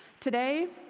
today